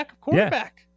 quarterback